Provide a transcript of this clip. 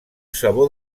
sabor